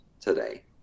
today